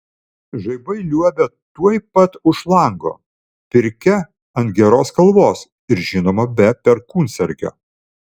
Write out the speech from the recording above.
žaibai liuobia tuoj pat už lango pirkia ant geros kalvos ir žinoma be perkūnsargio